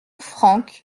francke